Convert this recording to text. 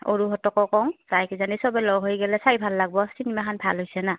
অৰুহঁতকো কওঁ যাইকেইজানি চবে লগ হৈ গ'লে চাই ভাল লাগিব চিনেমাখন ভাল হৈছে না